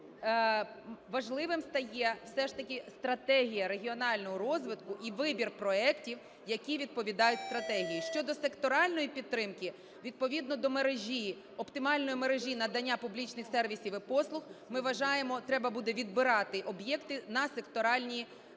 Тому важливим стає все ж таки стратегія регіонального розвитку і вибір проектів, які відповідають стратегії. Щодо секторальної підтримки. Відповідно до мережі, оптимальної мережі надання публічних сервісів і послуг, ми вважаємо, треба буде відбирати об'єкти на секторальні речі.